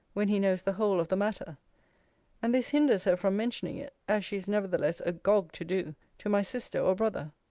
when he knows the whole of the matter and this hinders her from mentioning it, as she is nevertheless agog to do, to my sister or brother.